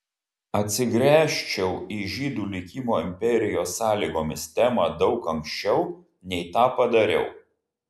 atsigręžčiau į žydų likimo imperijos sąlygomis temą daug anksčiau nei tą padariau